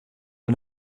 der